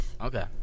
Okay